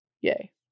Yay